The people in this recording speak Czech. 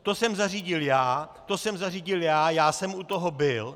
To jsem zařídil já, to jsem zařídil já, já jsem u toho byl.